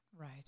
Right